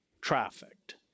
trafficked